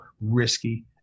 risky